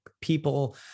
people